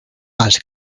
als